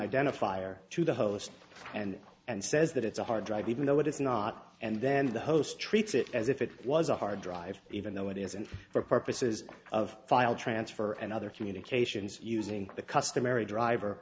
identifier to the host and and says that it's a hard drive even though it is not and then the host treats it as if it was a hard drive even though it isn't for purposes of file transfer and other communications using the customary driver